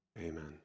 amen